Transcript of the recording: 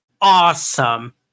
awesome